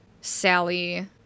Sally